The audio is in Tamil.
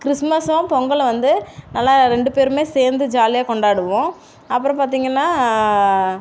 கிறிஸ்மஸ்ஸும் பொங்கலும் வந்து நல்லா ரெண்டு பேருமே சேந்து ஜாலியாக கொண்டாடுவோம் அப்புறம் பார்த்திங்கன்னா